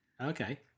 okay